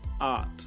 art